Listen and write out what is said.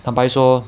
坦白说